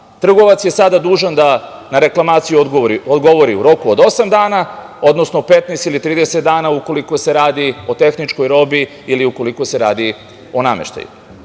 Trgovac je sada dužan da na reklamaciju odgovori u roku od osam dana, odnosno 15 ili 30 dana ukoliko se radi o tehničkoj robi ili ukoliko se radi o nameštaju. Ono